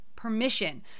permission